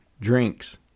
drinks